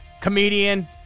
comedian